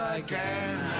again